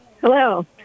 hello